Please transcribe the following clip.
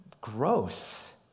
gross